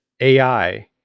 AI